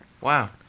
Wow